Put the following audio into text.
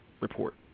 report